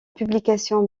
publication